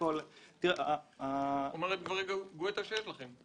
כל -- אומרת הגברת גואטה שיש לכם.